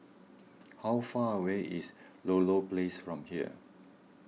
how far away is Ludlow Place from here